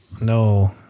No